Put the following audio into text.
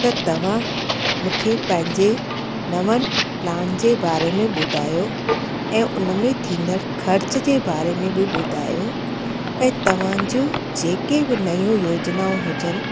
त तव्हां मूंखे पंहिंजे नवनि प्लान जे बारे में ॿुधायो ऐं उन में थींदड़ु ख़र्च जे बारे में बि ॿुधायो ऐं तव्हां जूं जेके बि नयूं योजनाऊं हुजनि